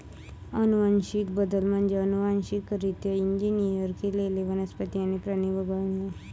अनुवांशिक बदल म्हणजे अनुवांशिकरित्या इंजिनियर केलेले वनस्पती आणि प्राणी वगळणे